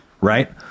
Right